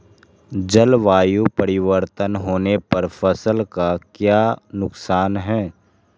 जलवायु परिवर्तन होने पर फसल का क्या नुकसान है?